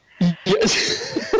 Yes